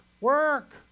work